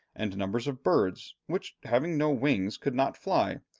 and numbers of birds, which, having no wings, could not fly,